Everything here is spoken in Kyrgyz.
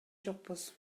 жокпуз